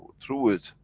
through it,